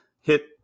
hit